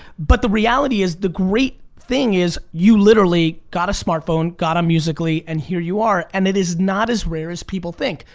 but the reality is the great thing is you literally got a smartphone, got on musical ly and here you are and it is not as rare as people think.